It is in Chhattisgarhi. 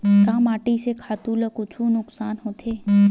का माटी से खातु ला कुछु नुकसान होथे?